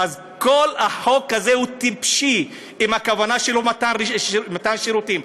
כל החוק הזה הוא טיפשי אם הכוונה שלו מתן שירותים,